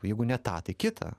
jeigu ne tą tai kitą